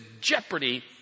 jeopardy